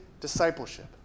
discipleship